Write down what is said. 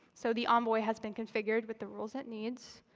so the envoy has been configured with the rules it needs.